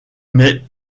mais